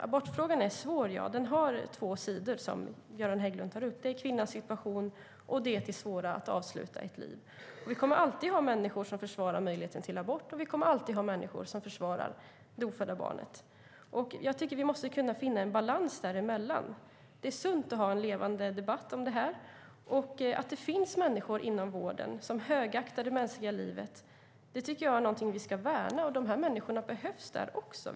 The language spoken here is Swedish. Abortfrågan är svår. Den har två sidor, som Göran Hägglund tar upp. Det handlar om kvinnans situation och det etiskt svåra att avsluta ett liv. Vi kommer alltid att ha människor som försvarar möjligheten till abort, och vi kommer alltid att ha människor som försvarar det ofödda barnet. Jag tycker att vi måste kunna finna en balans däremellan. Det är sunt att ha en levande debatt om det här och att det finns människor inom vården som högaktar det mänskliga livet. Det tycker jag är någonting som vi ska värna. De här människorna behövs där också.